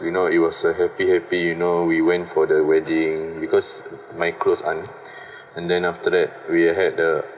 you know it was a happy happy you know we went for the wedding because my close aunt and then after that we had a